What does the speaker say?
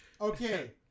Okay